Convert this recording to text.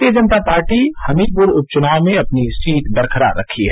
भारतीय जनता पार्टी हमीरपुर उप चुनाव में अपनी सीट बरकरार रखी है